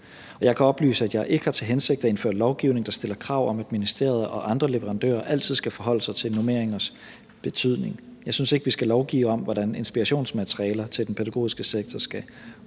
jeg kan oplyse, at jeg ikke har til hensigt at indføre lovgivning, der stiller krav om, at ministeriet og andre leverandører altid skal forholde sig til normeringers betydning. Jeg synes ikke, vi skal lovgive om, hvordan inspirationsmaterialer til den pædagogiske sektor skal udformes.